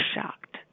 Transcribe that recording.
shocked